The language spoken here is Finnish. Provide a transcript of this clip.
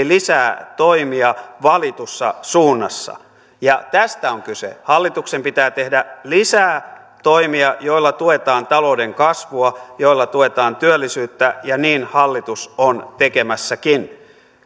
lisää toimia valitussa suunnassa tästä on kyse hallituksen pitää tehdä lisää toimia joilla tuetaan talouden kasvua joilla tuetaan työllisyyttä ja niin hallitus on tekemässäkin